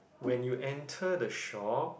when you enter the shop